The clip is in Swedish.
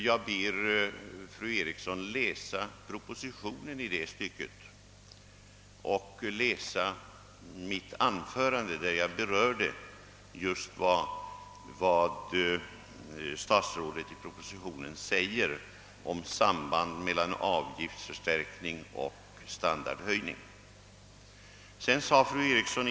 Jag ber fru Eriksson att läsa propositionen i det stycket och att läsa mitt anförande, där jag berörde vad statsrådet säger i propositionen om sambandet mellan avgiftsförstärkning och standardhöjning av folkpensionerna.